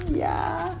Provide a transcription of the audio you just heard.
yeah